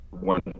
one